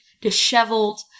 disheveled